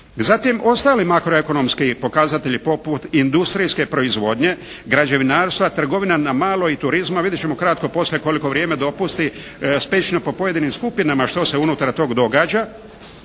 Zatim ostali makroekonomski pokazatelji poput industrijske proizvodnje, građevinarstva, trgovina na malo i turizma, vidjeti ćemo kratko poslije koliko vrijeme dopusti, stečeno po pojedinim skupinama što se unutar toga događa.